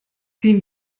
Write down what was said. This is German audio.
ziehen